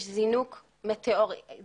יש זינוק אקספוננציאלי,